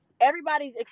everybody's